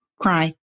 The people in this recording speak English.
Cry